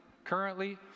Currently